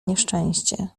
nieszczęście